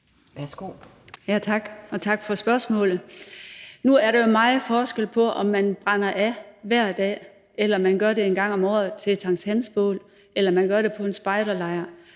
(UFG): Tak. Og tak for spørgsmålet. Nu er der jo meget forskel på, om man brænder af hver dag, eller om man gør det en gang om året ved et sankthansbål, eller om man gør det på en spejderlejr.